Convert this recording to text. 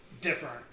different